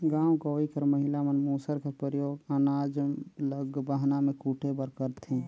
गाँव गंवई कर महिला मन मूसर कर परियोग अनाज ल बहना मे कूटे बर करथे